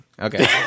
Okay